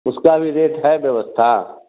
उसका भी रेट है व्यवस्था